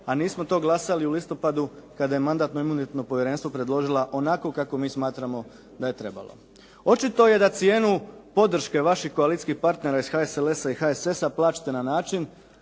a nismo to glasali u listopadu kada je Mandatno-imunitetno povjerenstvo predložila onako kako mi smatramo da je trebalo. Očito je da cijenu podrške vaših koalicijskih partnera iz HSLS-a i HSS-a plaćate na način